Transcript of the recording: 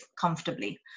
comfortably